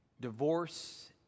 divorce